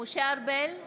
משה ארבל,